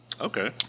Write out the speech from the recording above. Okay